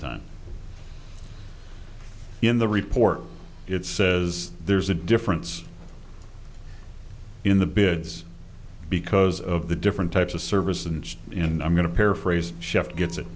time in the report it says there's a difference in the bids because of the different types of service and and i'm going to paraphrase chef gets it